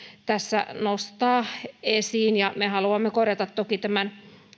tässä nostaa esiin me haluamme toki korjata tämän